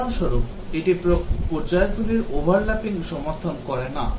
উদাহরণস্বরূপ এটি পর্যায়গুলির overlapping সমর্থন করে না